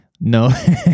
no